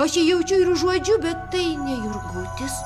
aš jį jaučiu ir užuodžiu bet tai ne jurgutis